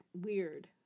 weird